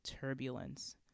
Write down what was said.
turbulence